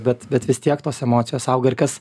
bet bet vis tiek tos emocijos auga ir kas